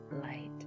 light